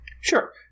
Sure